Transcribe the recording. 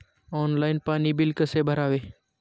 Online पाणी bill कसे भरावे?